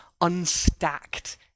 unstacked